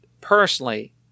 personally